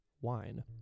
wine